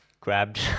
grabbed